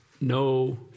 no